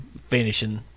finishing